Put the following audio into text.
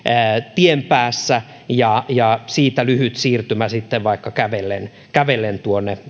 tien päässä ja ja siitä lyhyt siirtymä sitten vaikka kävellen kävellen